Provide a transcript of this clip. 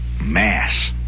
mass